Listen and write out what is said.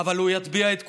אבל הוא יטביע את כולנו.